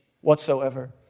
whatsoever